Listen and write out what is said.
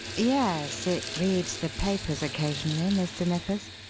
yes it reads the papers occasionally, mr. nippers,